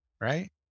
right